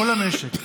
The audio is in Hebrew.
כל המשק,